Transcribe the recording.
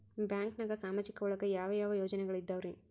ಬ್ಯಾಂಕ್ನಾಗ ಸಾಮಾಜಿಕ ಒಳಗ ಯಾವ ಯಾವ ಯೋಜನೆಗಳಿದ್ದಾವ್ರಿ?